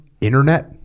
internet